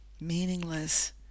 meaningless